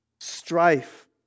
strife